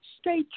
Stay